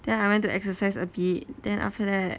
then I went to exercise a bit then after that